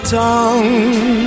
tongue